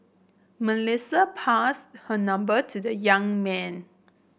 Melissa passed her number to the young man